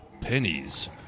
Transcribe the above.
Pennies